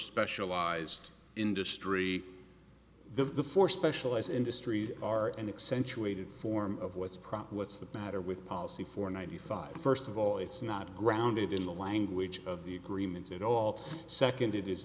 specialized industry the four specialize industries are and accentuated form of what's proper what's the matter with policy for ninety five first of all it's not grounded in the language of the agreement at all second it is